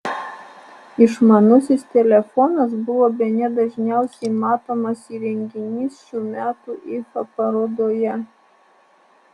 išmanusis telefonas buvo bene dažniausiai matomas įrenginys šių metų ifa parodoje